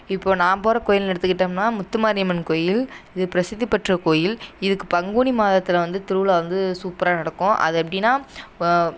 இப்போது நான் போகிற கோயில்னு எடுத்துக்கிட்டோம்னா முத்துமாரியம்மன் கோயில் இது பிரசித்தி பெற்ற கோயில் இதுக்கு பங்குனி மாதத்தில் வந்து திருவிழா வந்து சூப்பராக நடக்கும் அது எப்படினா